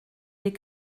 des